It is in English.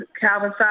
calvin